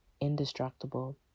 indestructible